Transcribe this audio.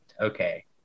okay